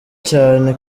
cyane